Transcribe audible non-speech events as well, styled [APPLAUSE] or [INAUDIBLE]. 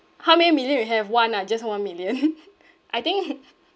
how many million you have one ah just one million [LAUGHS] I think [LAUGHS]